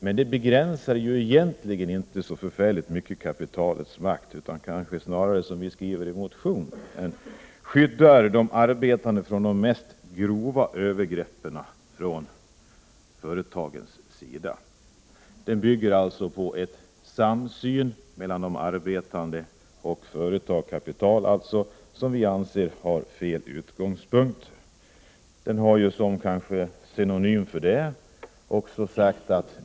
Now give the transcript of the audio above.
Detta begränsar dock egentligen inte kapitalets makt så mycket, utan det blir kanske snarare så som vi skriver i motionen, nämligen att lagen skyddar de arbetande från de mest grova övergreppen från företagens sida. Lagen bygger således på en samsyn mellan å ena sidan de arbetande och å andra sidan företagen och kapitalet. Vi anser att det är fel utgångspunkt.